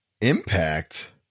Impact